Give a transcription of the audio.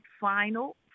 final